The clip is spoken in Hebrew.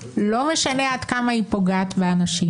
לא משנה עד כמה היא פוגעת באנשים.